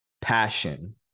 Passion